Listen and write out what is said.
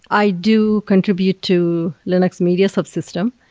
i do contribute to linux media subsystem.